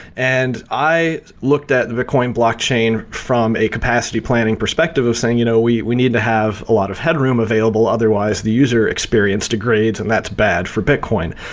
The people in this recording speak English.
and i looked at bitcoin blockchain from a capacity planning perspective of saying, you know we we need to have a lot of headroom available. otherwise, the user experience degrades and that's bad for bitcoin.